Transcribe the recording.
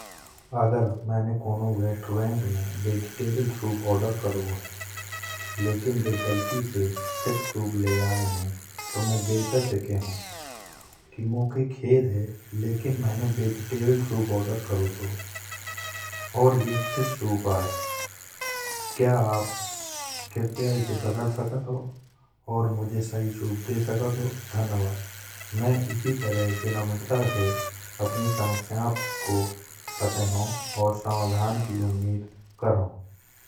अगर मैनें कउनौ रेस्टोरेंट में वेजिटेबल सूप ऑर्डर करो है। लेकिन वे गलती से फिश सूप ले आए हैं तो मैं वेटर से कहौं की। मोखे खेद है लेकिन मैंने वेजिटेबल सूप ऑर्डर करो तो और यह फिश सूप आए। क्या आप कृपया इसे बदल सकत हो और मुझे सही सूप दे सकत हो। धन्यवाद, मैं इसी तरह विनम्रता से अपनी समस्याओं को बातेहूँ और समाधान की उम्मीद करूँ।